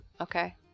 Okay